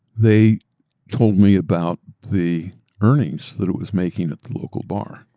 they told me about the earnings that it was making at the local bar.